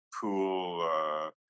pool